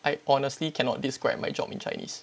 I honestly cannot describe my job in chinese